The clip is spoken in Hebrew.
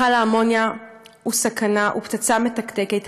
מכל האמוניה הוא סכנה, הוא פצצה מתקתקת.